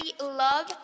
love